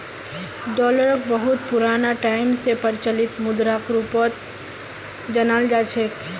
डालरक बहुत पुराना टाइम स प्रचलित मुद्राक रूपत जानाल जा छेक